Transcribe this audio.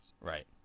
Right